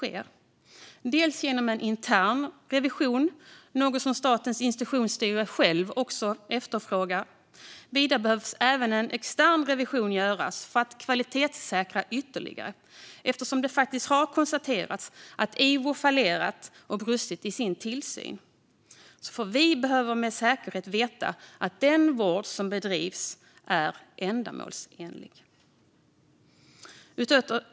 Detta bör bland annat ske genom en intern revision, vilket är något som Statens institutionsstyrelse själv efterfrågar. Det behöver även göras en extern revision för att kvalitetssäkra ytterligare, eftersom det har konstaterats att Ivo har fallerat och brustit i sin tillsyn. Vi behöver med säkerhet veta att den vård som bedrivs är ändamålsenlig.